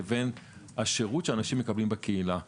לבין השירות שאנשים מקבלים בקהילה.